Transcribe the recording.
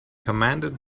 commanded